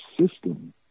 system